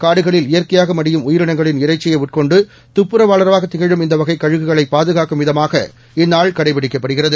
காடுகளில் இயற்கையாக மடியும் உயிரினங்களின் இறைச்சியை உட்கொண்டு துப்புரவாளராக திகழும் இந்த வகை கழுகுகளை பாதுகாக்கும் விதமாக இந்நாள் கடைபிடிக்கப்படுகிறது